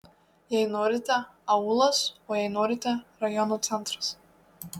jei norite aūlas o jei norite rajono centras